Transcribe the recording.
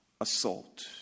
assault